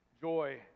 joy